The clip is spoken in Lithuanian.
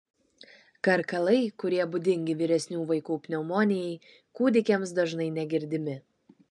karkalai kurie būdingi vyresnių vaikų pneumonijai kūdikiams dažnai negirdimi